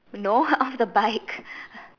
no off the bike